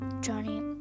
Johnny